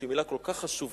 שהיא מלה כל כך חשובה,